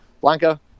Blanca